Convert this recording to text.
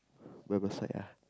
by my side ah